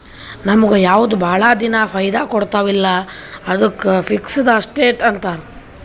ನಮುಗ್ ಯಾವ್ದು ಭಾಳ ದಿನಾ ಫೈದಾ ಕೊಡ್ತಾವ ಅಲ್ಲಾ ಅದ್ದುಕ್ ಫಿಕ್ಸಡ್ ಅಸಸ್ಟ್ಸ್ ಅಂತಾರ್